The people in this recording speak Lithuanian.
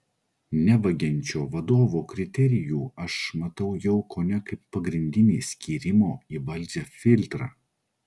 nevagiančio vadovo kriterijų aš matau jau kone kaip pagrindinį skyrimo į valdžią filtrą